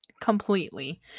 Completely